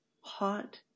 hot